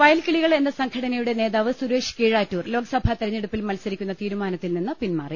വയൽകിളികൾ എന്ന സംഘടനയുടെ നേതാവ് സുരേഷ് കീഴാറ്റൂർ ലോക്സഭാ തെരഞ്ഞെടുപ്പിൽ മത്സരിക്കുന്ന തീരുമാനത്തിൽ നിന്ന് പിൻമാറി